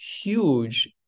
huge